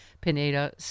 Pineda